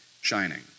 shining